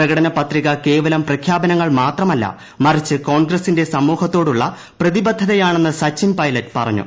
പ്രകടന പത്രിക കേവലം പ്രഖ്യാപനങ്ങൾ മാത്രമല്ല മറിച്ച് കോൺഗ്രസിന്റെ സമൂഹത്തോടുള്ള പ്രതിബദ്ധതയാണെന്ന് സച്ചിൻ പൈലറ്റ് പറഞ്ഞു